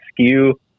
skew